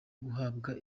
guhabwa